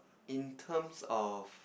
in terms of